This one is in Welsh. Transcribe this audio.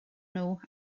nhw